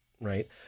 right